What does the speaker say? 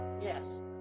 yes